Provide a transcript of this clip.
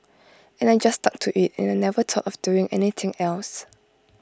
and I just stuck to IT and I never thought of doing anything else